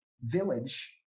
village